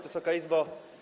Wysoka Izbo!